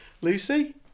Lucy